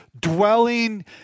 dwelling